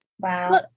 wow